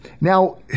Now –